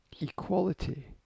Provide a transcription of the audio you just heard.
equality